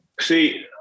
see